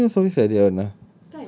why malaysia punya always like that [one] ah